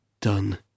done